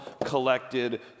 collected